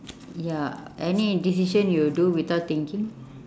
ya any decision you do without thinking